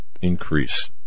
increase